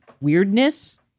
weirdness